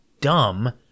dumb